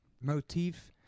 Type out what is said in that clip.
motif